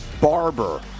barber